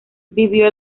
vivió